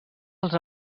els